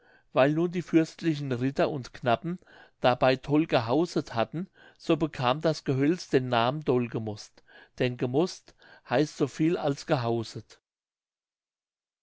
weil nun die fürstlichen ritter und knappen dabei toll gehauset hatten so bekam das gehölz den namen dollgemost denn gemost heißt so viel als gehauset